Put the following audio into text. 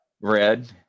Red